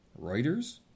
reuters